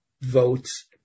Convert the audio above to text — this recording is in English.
votes